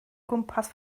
gwmpas